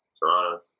Toronto